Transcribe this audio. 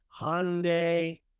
Hyundai